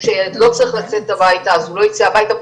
שהילד לא צריך לצאת הביתה אז הוא לא ייצא הביתה,